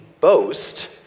boast